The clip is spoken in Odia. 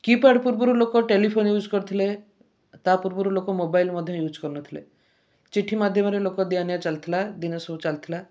କିପ୍ୟାଡ଼୍ ପୂର୍ବରୁ ଲୋକ ଟେଲିଫୋନ୍ ୟୁଜ୍ କରୁଥିଲେ ତା' ପୂର୍ବରୁ ଲୋକ ମୋବାଇଲ୍ ମଧ୍ୟ ୟୁଜ୍ କରୁନଥିଲେ ଚିଠି ମାଧ୍ୟମରେ ଲୋକ ଦିଆନିଆ ଚାଲିଥିଲା ଦିନ ସବୁ ଚାଲିଥିଲା